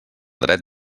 dret